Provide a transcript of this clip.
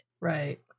Right